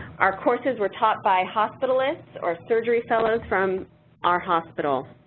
our courses were taught by hospitalists or surgery fellows from our hospital.